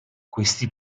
questi